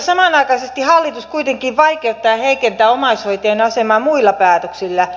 samanaikaisesti hallitus kuitenkin vaikeuttaa ja heikentää omaishoitajien asemaa muilla päätöksillä